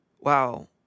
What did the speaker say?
wow